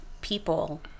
people